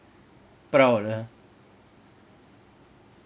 proud lah